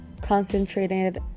concentrated